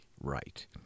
right